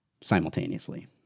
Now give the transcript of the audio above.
simultaneously